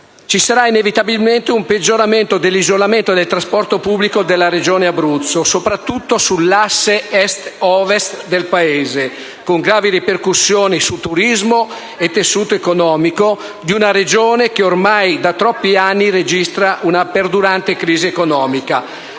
ci sarà inevitabilmente un peggioramento del trasporto pubblico e un maggiore isolamento dell'Abruzzo, soprattutto sull'asse Est-Ovest del Paese, con gravi ripercussioni sul turismo e sul tessuto economico di una Regione che, ormai da troppi anni, registra una perdurante crisi economica,